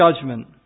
judgment